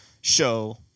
show